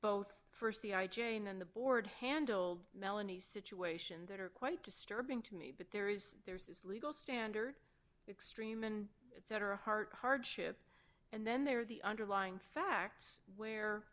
both st the i jane and the board handled melanie situation that are quite disturbing to me but there is there is this legal standard extreme and it's at her heart hardship and then there are the underlying facts where